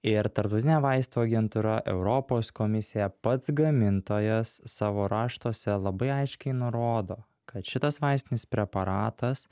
ir tarptautinė vaistų agentūra europos komisija pats gamintojas savo raštuose labai aiškiai nurodo kad šitas vaistinis preparatas